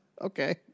Okay